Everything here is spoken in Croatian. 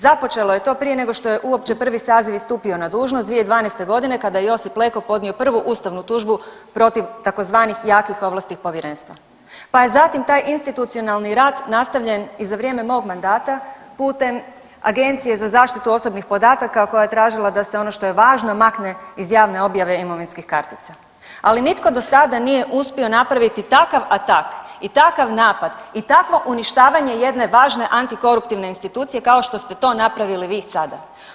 Započelo je to prije nego što je uopće prvi saziv i stupio na dužnost 2012. g. kada je Josip Leko podnio prvu ustavnu tužbu protiv tzv. jakih ovlasti Povjerenstva pa je zatim taj institucionalni rad nastavljen i za vrijeme mog mandata putem Agencije za zaštitu osobnih podataka koja je tražila da se ono što je važno, makne iz javne objave imovinskih kartica, ali nitko do sada nije uspio napraviti takav atak i takav napad i takvo uništavanje jedne važne antikoruptivne institucije kao što ste to napravili vi sada.